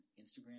Instagram